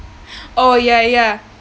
oh ya ya